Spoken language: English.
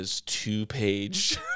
two-page